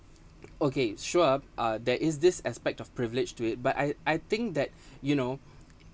okay sure uh there is this aspect of privilege to it but I I think that you know